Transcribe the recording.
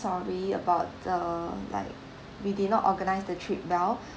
sorry about the like we did not organise the trip well